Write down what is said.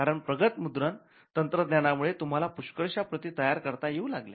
कारण प्रगत मुद्रण तंत्रज्ञानामुळे तुम्हाला पुष्कळश्या प्रती तयार करता येऊ लागल्या